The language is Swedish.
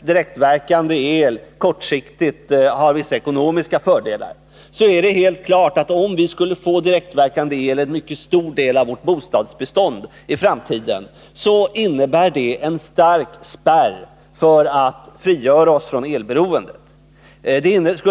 direktverkande el kortsiktigt har vissa ekonomiska fördelar, är det helt klart att om vi skulle få direktverkande el i en mycket stor del av vårt bostadsbestånd i framtiden, så innebär det en stark spärr när det gäller att frigöra oss från elberoendet.